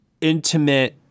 intimate